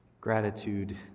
Gratitude